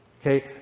Okay